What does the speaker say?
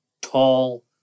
tall